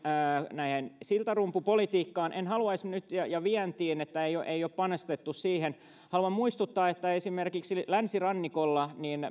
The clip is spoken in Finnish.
esimerkiksi siltarumpupolitiikkaan ja ja siihen että ei ole panostettu vientiin haluan muistuttaa että esimerkiksi länsirannikolla